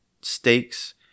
stakes